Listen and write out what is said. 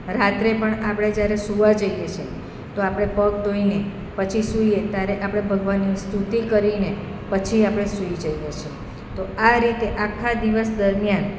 રાત્રે પણ આપણે જ્યારે સુવા જઈએ છે તો આપણે પગ ધોઈને પછી સૂઈએ ત્યારે આપણે ભગવાનની સ્તુતિ કરીને પછી આપણે સુઈ જઈએ છે તો આ રીતે આખા દિવસ દરમિયાન